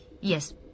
Yes